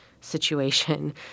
situation